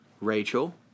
Rachel